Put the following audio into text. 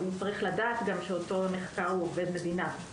והוא גם צריך לדעת שאותו נחקר הוא עובד מדינה.